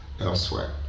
elsewhere